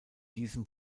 diesem